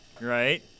Right